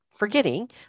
forgetting